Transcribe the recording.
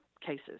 cases